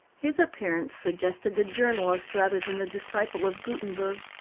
his appearance suggested the journalist rather than the disciple of guttenberg.